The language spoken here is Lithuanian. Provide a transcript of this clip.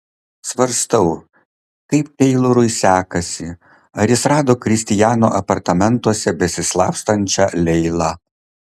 svarstau kaip teilorui sekasi ar jis rado kristiano apartamentuose besislapstančią leilą